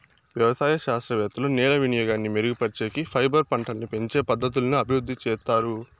వ్యవసాయ శాస్త్రవేత్తలు నేల వినియోగాన్ని మెరుగుపరిచేకి, ఫైబర్ పంటలని పెంచే పద్ధతులను అభివృద్ధి చేత్తారు